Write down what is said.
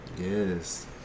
Yes